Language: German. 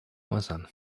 äußern